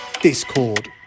Discord